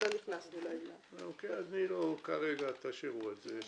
לא קבענו --- כרגע תשאירו את זה,